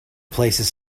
places